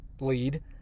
lead